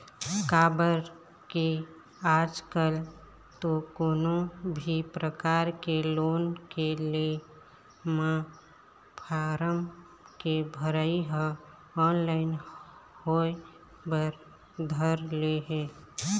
काबर के आजकल तो कोनो भी परकार के लोन के ले म फारम के भरई ह ऑनलाइन होय बर धर ले हे